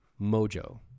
MOJO